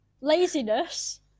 Laziness